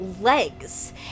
legs